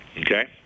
Okay